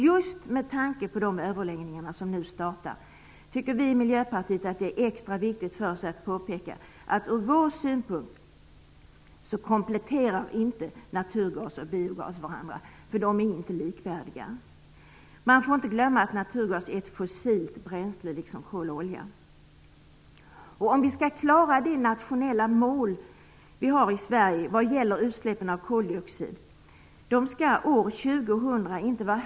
Just med tanke på de överläggningar som nu startar tycker vi i Miljöpartiet att det är extra viktigt att påpeka att naturgas och biogas inte kompletterar varandra ur vår synpunkt. De är inte likvärdiga. Man får inte glömma att naturgas är ett fossilt bränsle, liksom kol och olja. Om vi skall klara de nationella mål vi har i Sverige vad gäller utsläppen av koldioxid är det bättre att vi satsar på biogas.